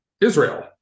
Israel